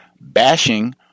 bashing